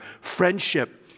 Friendship